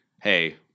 hey